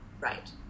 Right